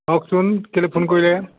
কওকচোন কেইলৈ ফোন কৰিলে